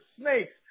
snakes